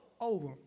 over